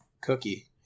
Cookie